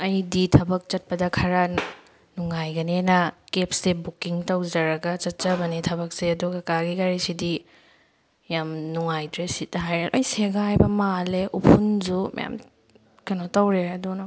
ꯑꯩꯒꯤ ꯊꯕꯛ ꯆꯠꯄꯗ ꯈꯔ ꯅꯨꯡꯉꯥꯏꯒꯅꯦꯅ ꯀꯦꯕꯁꯦ ꯕꯨꯛꯀꯤꯡ ꯇꯧꯖꯔꯒ ꯆꯠꯆꯕꯅꯦ ꯊꯕꯛꯁꯦ ꯑꯗꯣ ꯀꯀꯥꯒꯤ ꯒꯥꯔꯤꯁꯤꯗꯤ ꯌꯥꯝ ꯅꯨꯡꯉꯥꯏꯇ꯭ꯔꯦ ꯁꯤꯠ ꯍꯥꯏꯔ ꯂꯣꯏ ꯁꯦꯒꯥꯏꯕ ꯃꯥꯜꯂꯦ ꯎꯐꯨꯟꯁꯨ ꯃꯌꯥꯝ ꯀꯩꯅꯣ ꯇꯧꯔꯦ ꯑꯗꯨꯅ